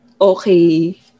okay